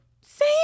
say